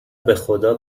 بخدا